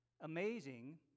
amazing